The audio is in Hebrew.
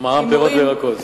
מע"מ פירות וירקות.